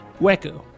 Weko